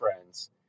friends